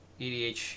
EDH